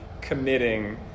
committing